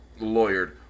Lawyered